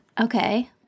Okay